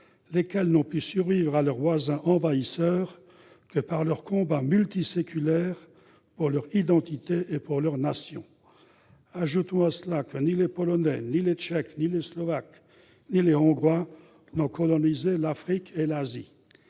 lesquels n'ont pu survivre à leurs voisins envahisseurs que par leur combat multiséculaire pour leur identité et pour leur nation. Ajoutons à cela que ni les Polonais, ni les Tchèques, ni les Slovaques, ni les Hongrois n'ont colonisé l'Afrique et l'Asie.